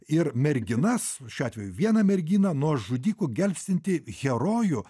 ir merginas šiuo atveju vieną merginą nuo žudikų gelbstintį herojų